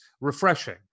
refreshing